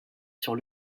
sur